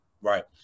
Right